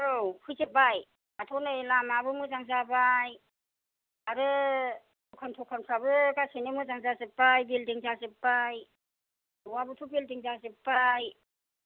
औ फैजोबबाय दाथ' नै लामायाबो मोजां जाबाय आरो दखान थखानफ्राबो गासिबो मोजां जाजोबबाय बिलदिं जाजोबबाय न'आबोथ' बिलदिं जाजोबबाय